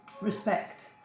Respect